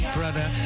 Brother